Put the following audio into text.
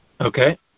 Okay